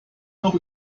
noch